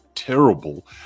Terrible